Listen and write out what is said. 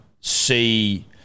see